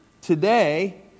Today